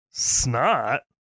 snot